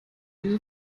diese